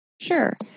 Sure